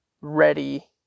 ready